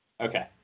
Okay